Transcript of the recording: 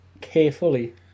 carefully